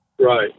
right